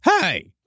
Hey